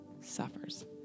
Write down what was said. suffers